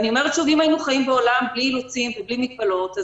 אם היינו חיים בעולם בלי אילוצים ובלי מגבלות,